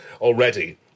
already